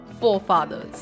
forefathers